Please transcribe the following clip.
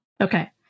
Okay